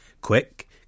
Quick